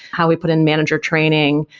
how we put in manager training.